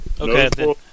Okay